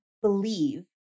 believe